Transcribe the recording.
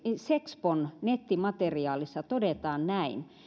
sexpon nettimateriaalissa todetaan